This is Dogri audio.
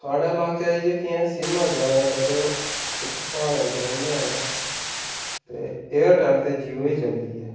साढ़ै लाके च जेह्कियां सिम्मां ज्यादातर इत्थैं प्हाड़ें च रौह्ने आं ते एयरटेल ते जियो ही चलदी ऐ